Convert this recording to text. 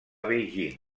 beijing